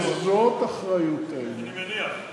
הרי זאת אחריותנו, אני מניח.